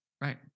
right